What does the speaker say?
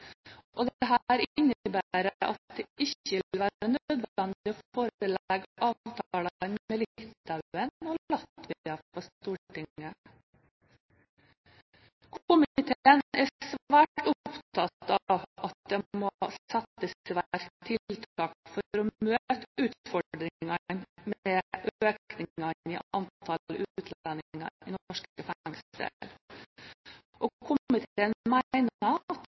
at det ikke vil være nødvendig å forelegge avtalene med Litauen og Latvia for Stortinget. Komiteen er svært opptatt av at det må settes i verk tiltak for å møte utfordringene med økningen i antall utlendinger i norske